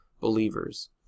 believers